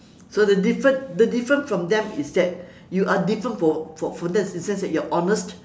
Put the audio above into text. so the different the different from them is that you are different from from them in a sense that you are honest